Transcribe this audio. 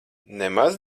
nemaz